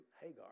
Hagar